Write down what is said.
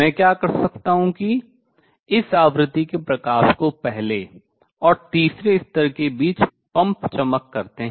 मैं क्या कर सकता हूँ कि इस आवृत्ति के प्रकाश को पहले और तीसरे स्तर के बीच पंप चमक करतें है